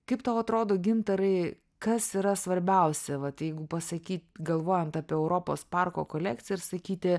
kaip tau atrodo gintarai kas yra svarbiausia vat jeigu pasakyt galvojant apie europos parko kolekciją ir sakyti